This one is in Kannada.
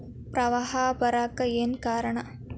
ಪ್ರವಾಹ ಬರಾಕ್ ಏನ್ ಕಾರಣ?